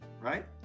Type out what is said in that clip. right